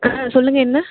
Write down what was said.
ஆ சொல்லுங்கள் என்ன